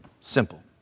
Simple